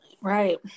Right